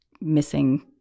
missing